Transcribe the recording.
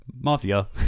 Mafia